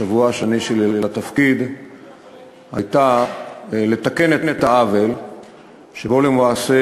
בשבוע השני שלי לתפקיד הייתה לתקן את העוול שבו הוקפאו למעשה